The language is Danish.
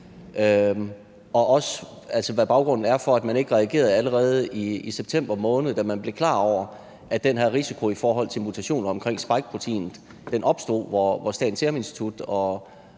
også høre, hvad baggrunden er for, at man ikke reagerede allerede i september måned, da man blev klar over, at den her risiko i forhold til mutationer af spikeproteinet opstod, hvor Statens Serum Institut og